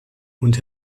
und